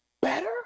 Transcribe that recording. better